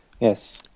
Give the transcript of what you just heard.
Yes